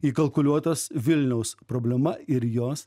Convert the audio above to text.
įkalkuliuotas vilniaus problema ir jos